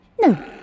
No